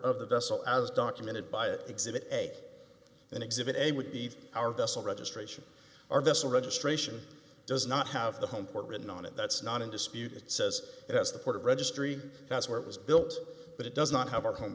of the vessel as documented by exhibit a and exhibit a would be our vessel registration our vessel registration does not have the home port written on it that's not in dispute it says it has the port registry that's where it was built but it does not have our home